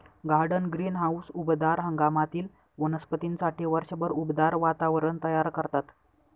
garden greenhouse उबदार हंगामातील वनस्पतींसाठी वर्षभर उबदार वातावरण तयार करतात